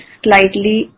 slightly